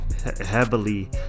heavily